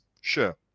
sure